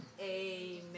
Amen